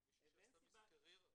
יש מישהי שעשתה מזה קריירה.